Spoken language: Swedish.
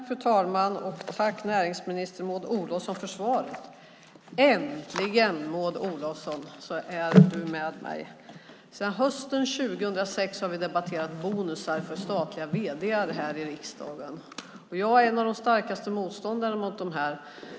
Fru talman! Jag tackar näringsminister Maud Olofsson för svaret. Äntligen är du med mig, Maud Olofsson! Sedan hösten 2006 har vi debatterat bonusar för statliga vd:ar här i riksdagen. Jag är en av de starkaste motståndarna mot detta.